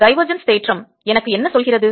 divergence தேற்றம் எனக்கு என்ன சொல்கிறது